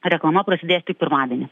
reklama prasidės tik pirmadienį